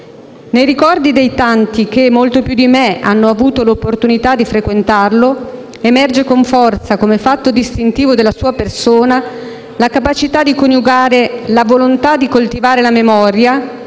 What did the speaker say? Nei ricordi dei tanti che, molto più di me, hanno avuto l'opportunità di frequentarlo, emerge con forza, come fatto distintivo della sua persona, la capacità di coniugare la volontà di coltivare la memoria,